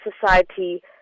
society